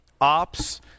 ops